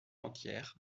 entière